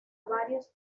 varios